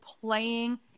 playing